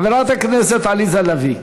חברת הכנסת עליזה לביא.